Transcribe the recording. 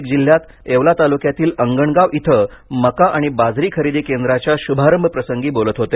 नाशिक जिल्ह्यात येवला तालुक्यातील अंगणगाव इथे मका आणि बाजरी खरेदी केंद्राचा शुभारंभप्रसंगी बोलत होते